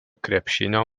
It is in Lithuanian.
krepšinio